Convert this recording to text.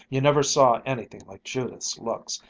you never saw anything like judith's looks.